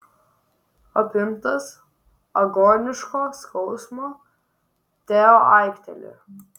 apimtas agoniško skausmo teo aiktelėjo